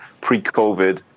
pre-COVID